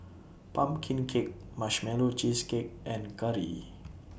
Pumpkin Cake Marshmallow Cheesecake and Curry